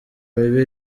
mibi